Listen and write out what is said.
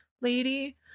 lady